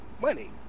money